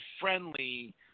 friendly